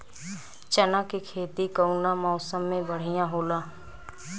चना के खेती कउना मौसम मे बढ़ियां होला?